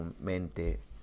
mente